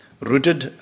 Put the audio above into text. rooted